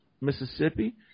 Mississippi